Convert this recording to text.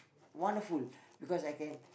wonderful because I can